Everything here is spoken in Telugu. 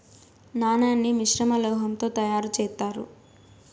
నాణాన్ని మిశ్రమ లోహం తో తయారు చేత్తారు